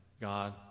God